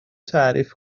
تعریف